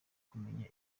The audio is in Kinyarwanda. kumenya